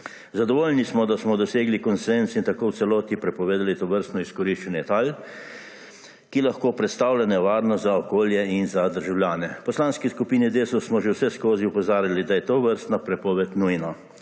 Zadovoljni smo, da smo dosegli konsenz in tako v celoti prepovedali tovrstno izkoriščanje tal, ki lahko predstavlja nevarnost za okolje in za državljane. V Poslanski skupini DeSUS smo že vseskozi opozarjali, da je tovrstna prepoved nujna